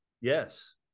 yes